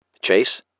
Chase